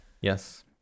Yes